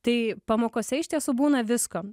tai pamokose iš tiesų būna visko